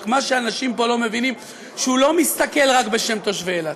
רק מה שאנשים פה לא מבינים זה שהוא לא מסתכל רק בשם תושבי אילת,